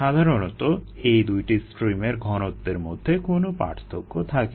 সাধারণত এই দুইটি স্ট্রিমের ঘনত্বের মধ্যে কোনো পার্থক্য থাকে না